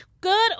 good